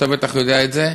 ואתה בטח יודע את זה,